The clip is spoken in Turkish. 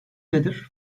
nedir